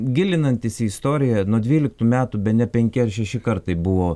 gilinantis į istoriją nuo dvyliktų metų bene penki ar šeši kartai buvo